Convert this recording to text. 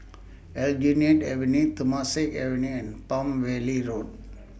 Aljunied Avenue Temasek Avenue and Palm Valley Road